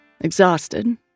exhausted